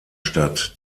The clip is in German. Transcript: stadt